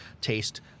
taste